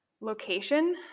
location